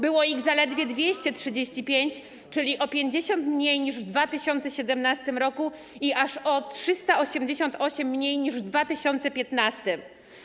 Było ich zaledwie 235, czyli o 50 mniej niż w 2017 r. i aż o 388 mniej niż w 2015.